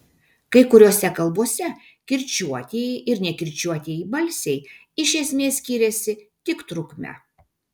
kai kuriose kalbose kirčiuotieji ir nekirčiuotieji balsiai iš esmės skiriasi tik trukme